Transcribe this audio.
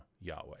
Yahweh